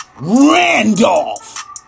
randolph